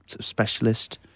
specialist